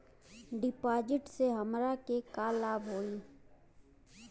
डिपाजिटसे हमरा के का लाभ होई?